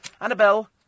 Annabelle